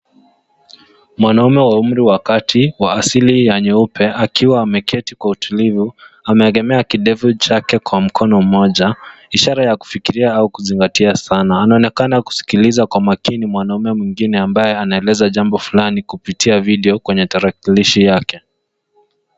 Mwanaume wa umri wa kati, wa asili ya nyeupe, akiwa ameketi kwa utilivu, ameegemea kidevu chake kwa mkono mmoja, ishara ya kufikiria au kuzingatia sana. Anaonekana kusikiliza kwa makini mwanaume mwingine ambaye anaeleza jambo fulani kupitia video kwenye tarakilishi yake.